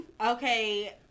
Okay